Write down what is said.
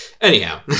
anyhow